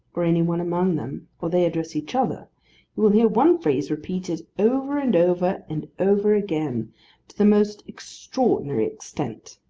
or any one among them or they address each other you will hear one phrase repeated over and over and over again to the most extraordinary extent.